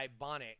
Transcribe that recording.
Ibonic